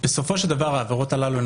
אבל בסופו של דבר העבירות האלה הן